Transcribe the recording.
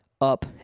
up